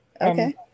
okay